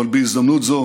בהזדמנות זו